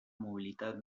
mobilitat